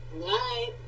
Night